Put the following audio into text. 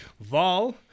Val